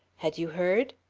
had you heard?